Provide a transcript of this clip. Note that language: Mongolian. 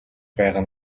байгаа